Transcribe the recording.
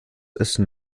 essen